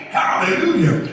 hallelujah